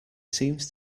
seems